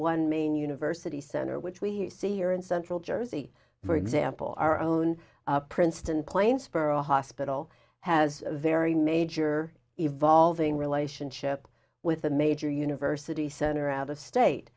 on main university's center which we see here in central jersey for example our own princeton plainsboro hospital has a very major evolving relationship with a major university center out of state